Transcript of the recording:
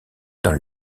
dans